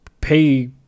pay